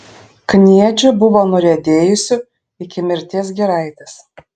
kniedžių buvo nuriedėjusių iki mirties giraitės